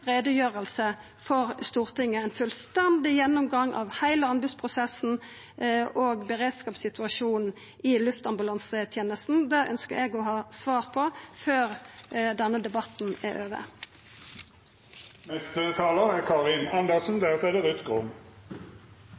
gjennomgang av heile anbodsprosessen og beredskapssituasjonen i luftambulansetenesta? Det ynskjer eg å få svar på før denne debatten er over. Det er ikke noen tvil om at beredskapen i nord er alvorlig svekket, ikke bare av det